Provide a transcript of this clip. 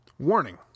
Warning